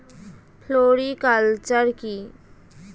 Floriculture কি?